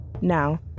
Now